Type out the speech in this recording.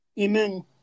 Amen